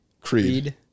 Creed